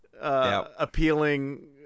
appealing